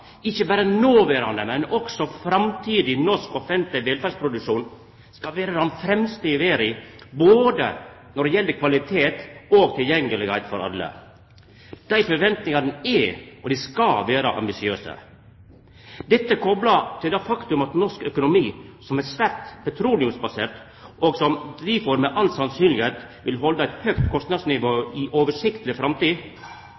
ikkje berre noverande, men også framtidig norsk offentleg velferdsproduksjon skal vera den fremste i verda både når det gjeld kvalitet og tilgjengelegheit for alle. Dei forventningane er og skal vera ambisiøse. Dette, kopla til det faktum at norsk økonomi, som er svært petroleumsbasert, og som difor med all sannsynlegheit vil halda eit høgt